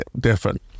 different